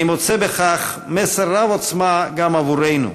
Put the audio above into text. אני מוצא בכך מסר רב-עוצמה גם עבורנו.